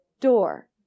door